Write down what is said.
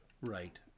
Right